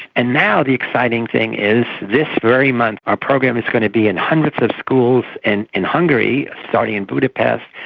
and now the exciting thing is this very month our program is going to be in hundreds of schools and in hungary, starting in budapest,